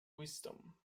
wisdom